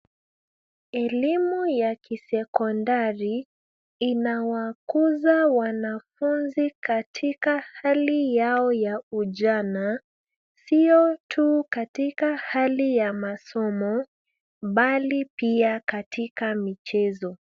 Elimu ya kisekondari inawakuza wanafunzi katika hali yao ya ujana, si tu katika hali ya masomo bali pia katika michezo.